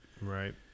Right